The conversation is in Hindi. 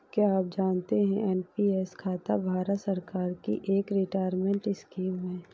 क्या आप जानते है एन.पी.एस खाता भारत सरकार की एक रिटायरमेंट स्कीम है?